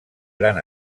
gran